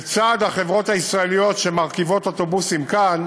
לצד החברות הישראליות שמרכיבות אוטובוסים כאן,